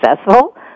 successful